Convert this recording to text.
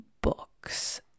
books